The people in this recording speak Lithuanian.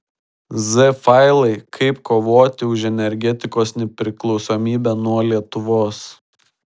z failai kaip kovoti už energetikos nepriklausomybę nuo lietuvos